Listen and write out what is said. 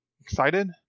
Excited